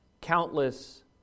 Countless